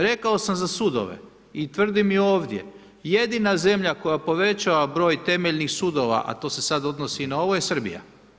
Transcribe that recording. Rekao sam za sudove i tvrdim i ovdje, jedina zemlja koja povećava broj temeljnih sudova a to se sad odnosi i na ovo je Srbija.